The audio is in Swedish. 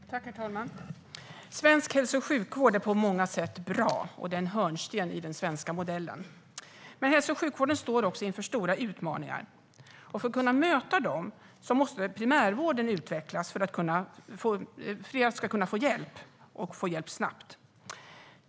Herr talman! Svensk hälso och sjukvård är på många sätt bra, och den är en hörnsten i den svenska modellen. Men hälso och sjukvården står också inför stora utmaningar, och för att möta dem måste primärvården utvecklas för att fler ska kunna få hjälp och få hjälp snabbt.